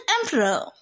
Emperor